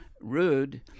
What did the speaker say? rude